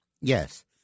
Yes